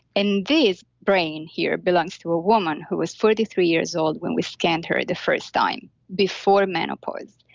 and this brain here belongs to a woman who was forty three years old when we scanned her the first time before menopause.